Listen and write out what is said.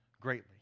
greatly